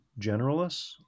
generalists